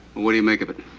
what do you make of it?